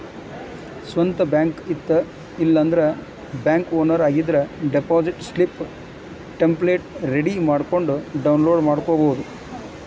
ಸ್ವಂತ್ ಬ್ಯಾಂಕ್ ಇತ್ತ ಇಲ್ಲಾಂದ್ರ ಬ್ಯಾಂಕ್ ಓನರ್ ಆಗಿದ್ರ ಡೆಪಾಸಿಟ್ ಸ್ಲಿಪ್ ಟೆಂಪ್ಲೆಟ್ ರೆಡಿ ಮಾಡ್ಕೊಂಡ್ ಡೌನ್ಲೋಡ್ ಮಾಡ್ಕೊಬೋದು